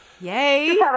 Yay